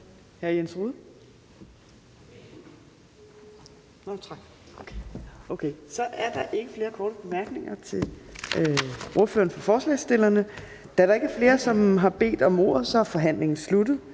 Så er der ikke flere korte bemærkninger til ordføreren for forslagsstillerne. Da der ikke er flere, som har bedt om ordet, er forhandlingen sluttet.